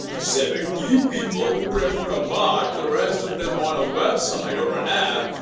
seventy people who pray for a bar the rest of them want a website or a nap?